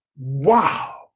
wow